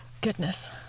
goodness